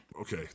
Okay